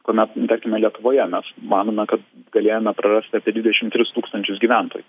kuomet tarkime lietuvoje mes manome kad galėjome prarasti apie dvidešim tris tūkstančius gyventojų